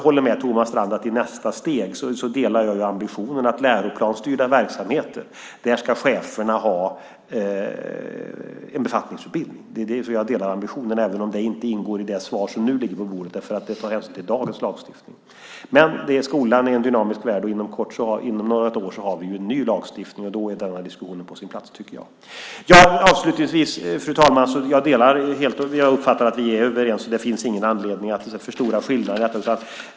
Men jag delar ambitionen att för läroplansstyrda verksamheter ska cheferna ha en befattningsutbildning. Jag delar den ambitionen, även om det inte tas upp i det svar som nu ligger på bordet, för det tar hänsyn till dagens lagstiftning. Men skolan är en dynamisk värld, och inom något år har vi en ny lagstiftning, och då är denna diskussion på sin plats, tycker jag. Avslutningsvis vill jag säga att jag uppfattar att vi är överens. Det finns ingen anledning att förstora skillnaderna i detta.